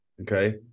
Okay